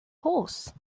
horse